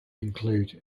include